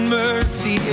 mercy